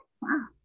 wow